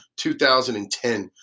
2010